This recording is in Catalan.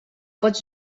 pots